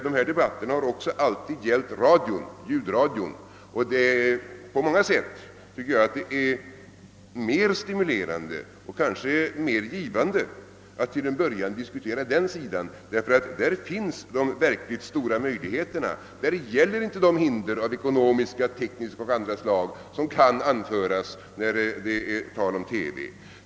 De här debatterna har också alltid gällt ljudradion, och jag tycker att det på många sätt är mer stimulerande och kanske mer givande att till en början diskutera den sidan av saken, ty där finns de verkligt stora möjligheterna. Här föreligger inte hinder av ekonomiska, tekniska och andra slag som kan anföras då det gäller TV.